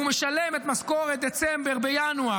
הוא משלם את משכורת דצמבר בינואר.